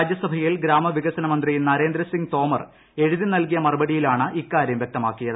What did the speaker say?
രാജ്യസഭയിൽ ഗ്രാമവികസന മന്ത്രി നരേന്ദ്രസിംഗ് തോമർ എഴുതി നൽകിയ മറുപടിയിലാണ് ഇക്കാര്യം വ്യക്തമാക്കിയത്